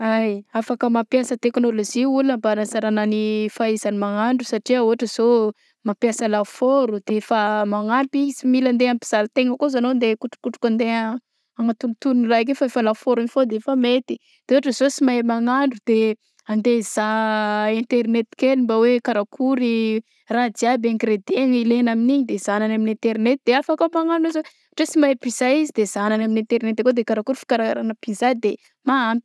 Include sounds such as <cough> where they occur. Ay <hesitation> afaka mampiasa teknolozia olona mba hagnasarana n fahaizagny mahandro satria ôhatra zao mampiasa lafoagnaro de efa magnampy sy mila andeha ampijaly tegna kô ozy anao andeha ikotrokotroka andeha hagnatonotono raha akeo fa lafoagnary igny foagna de efa mety, de ôatran zao sy mahay magnandro de andeha <hesitation> izaha internety kely hoe karakory raha jiaby ingredient gny ilaigna amign'iny de zahagna agny amign'ny internety de afaka magnano izy hoe ôhatra izy sy mahay pizza izy zahagna any amin'ny internety akao de karakôry fikarakaragna pizza de mahampy.